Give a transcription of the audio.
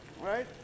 Right